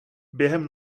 během